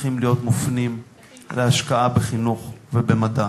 צריכים להיות מופנים להשקעה בחינוך ובמדע,